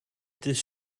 dydd